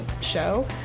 show